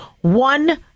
One